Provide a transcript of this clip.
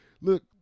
look